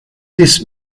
ist